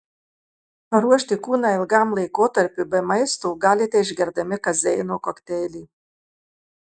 paruošti kūną ilgam laikotarpiui be maisto galite išgerdami kazeino kokteilį